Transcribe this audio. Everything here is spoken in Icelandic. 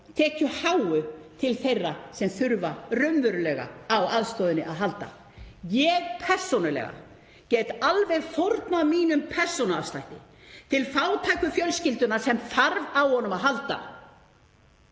tekjuháu til þeirra sem þurfa raunverulega á aðstoðinni að halda. Ég get persónulega alveg fórnað mínum persónuafslætti til fátæku fjölskyldunnar sem þarf á honum að halda.